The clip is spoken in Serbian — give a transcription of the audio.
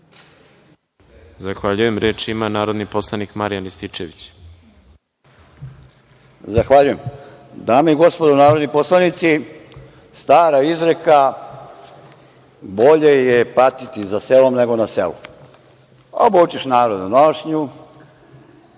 Zahvaljujem. Reč ima narodni poslanik Marijan Rističević. **Marijan Rističević** Zahvaljujem. Dame i gospodo narodni poslanici, stara izreka – bolje je patiti za selom nego na selu. Obučeš narodnu nošnju,